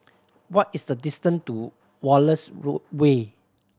what is the distant to Wallace Road Way